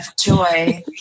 joy